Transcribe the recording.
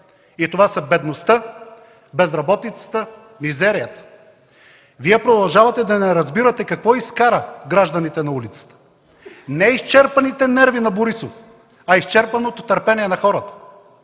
– това са бедността, безработицата, мизерията! Вие продължавате да не разбирате какво изкара гражданите на улицата – не изчерпаните нерви на Борисов, а изчерпаното търпение на хората;